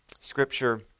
Scripture